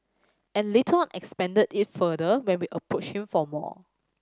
and later on expanded it further when we approached him for more